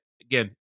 again